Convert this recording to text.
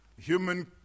human